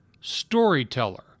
storyteller